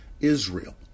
Israel